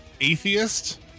atheist